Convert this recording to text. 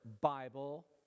Bible